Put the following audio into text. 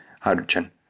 hydrogen